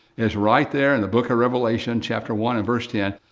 is right there in the book of revelation, chapter one and verse ten,